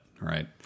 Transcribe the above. Right